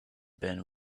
been